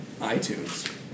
iTunes